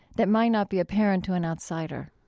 that might not be apparent to an outsider?